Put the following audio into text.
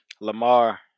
Lamar